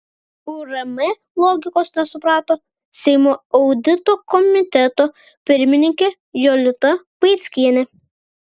urm logikos nesuprato seimo audito komiteto pirmininkė jolita vaickienė